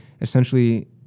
essentially